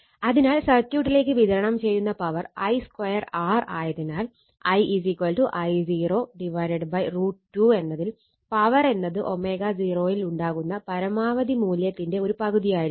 അതിനാൽ സർക്യൂട്ടിലേക്ക് വിതരണം ചെയ്യുന്ന പവർ I2 R ആയതിനാൽ I I0 √ 2 എന്നതിൽ പവർ എന്നത് ω0 യിൽ ഉണ്ടാകുന്ന പരമാവധി മൂല്യത്തിന്റെ ഒരു പകുതിയായിരിക്കും